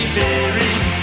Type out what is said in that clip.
buried